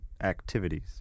activities